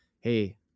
hey